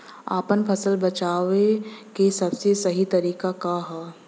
आपन फसल बेचे क सबसे सही तरीका का ह?